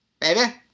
Baby